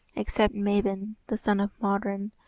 except mabon the son of modron.